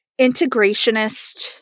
integrationist